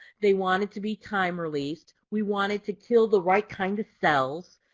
they want it to be time released. we want it to kill the right kind of cells.